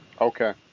Okay